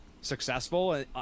successful